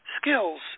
skills